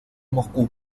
moscú